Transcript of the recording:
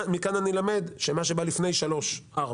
מכאן אני למד שמה שבא לפני 3(4),